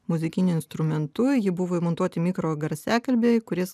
muzikiniu instrumentu į jį buvo įmontuoti mikrogarsiakalbiai kuris